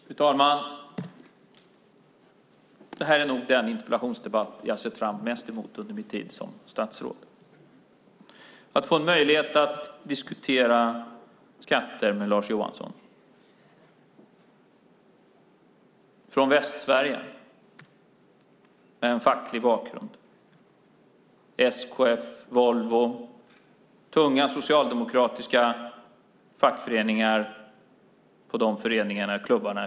Fru talman! Detta är nog den interpellationsdebatt som jag har sett mest fram emot under min tid som statsråd och att få en möjlighet att diskutera skatter med Lars Johansson från Västsverige som har en facklig bakgrund. Det handlar om SKF och Volvo - tunga socialdemokratiska fackföreningar ute på företagen.